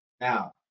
Now